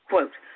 Quote